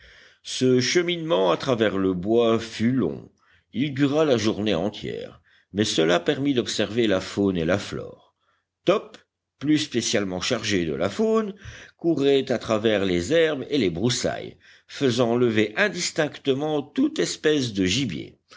ce cheminement à travers le bois fut long il dura la journée entière mais cela permit d'observer la faune et la flore top plus spécialement chargé de la faune courait à travers les herbes et les broussailles faisant lever indistinctement toute espèce de gibier